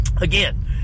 again